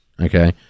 okay